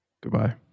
Goodbye